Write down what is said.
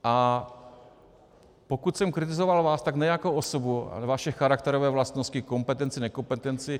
A pokud jsem kritizoval vás, tak ne jako osobu, vaše charakterové vlastnosti, kompetenci, nekompetenci.